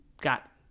got